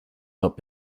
not